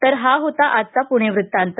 तर हा होता आजचा पूणे वृत्तांत